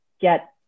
get